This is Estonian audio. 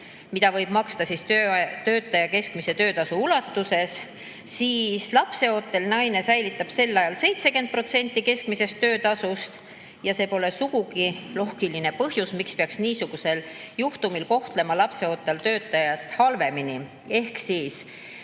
mida võib maksta töötaja keskmise töötasu ulatuses, siis lapseootel naine säilitab sel ajal 70% keskmisest töötasust. Siin pole sugugi loogilist põhjust, miks peaks niisugusel juhtumil kohtlema lapseootel töötajat halvemini. Tööandja